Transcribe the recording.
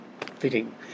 fitting